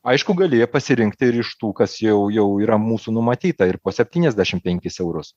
aišku gali pasirinkti ir iš tų kas jau jau yra mūsų numatyta ir po septyniasdešim penkis eurus